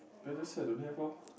then just say I don't have orh